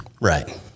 Right